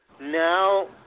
Now